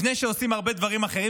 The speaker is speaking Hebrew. לפני שעושים הרבה דברים אחרים,